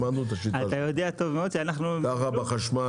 למדנו את השיטה הזאת .ככה בחשמל,